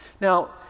Now